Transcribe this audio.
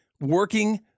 working